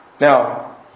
Now